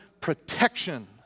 protection